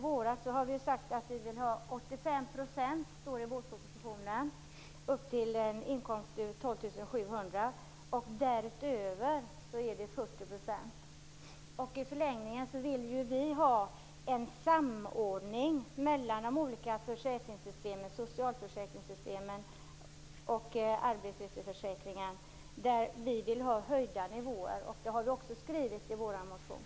Vi har sagt att vi vill ha 85 % ersättning upp till en inkomst på 12 700 kr. Därutöver skall ersättningsnivån vara 40 %. I förlängningen vill vi ha en samordning mellan de olika socialförsäkringssystemen och arbetslöshetsförsäkringen. Vi vill ha en höjning av ersättningsnivån. Det har vi också skrivit i vår motion.